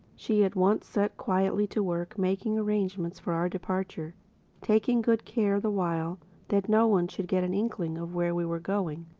she at once set quietly to work making arrangements for our departure taking good care the while that no one should get an inkling of where we were going,